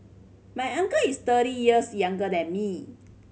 my uncle is thirty years younger than me